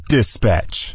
Dispatch